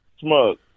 Smug